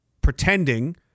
Pretending